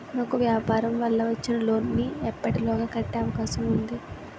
నాకు వ్యాపార వల్ల వచ్చిన లోన్ నీ ఎప్పటిలోగా కట్టే అవకాశం ఉంది?